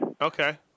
Okay